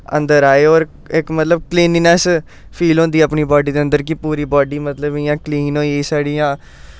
अंदर आए होर इक मतलब कलिनिंनैस्स फील होंदी अपनी बॉडी दे अंदर कि पूरी बाडी मतलब इ'यां क्लीन होई साढ़ी जां